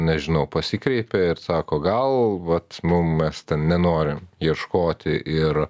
nežinau pasikreipė ir sako gal vat mum mes ten nenorim ieškoti ir